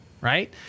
right